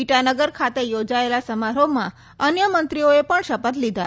ઈટાનગર ખાતે યોજાયેલા સમારોહમાં અન્ય મંત્રીઓએ પણ શપથ લીધા